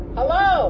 Hello